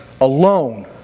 alone